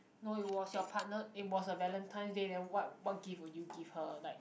no it was your partner it was a valentine's day then what what gift would you give her like